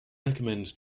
recommend